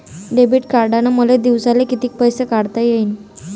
Debit कार्डनं मले दिवसाले कितीक पैसे काढता येईन?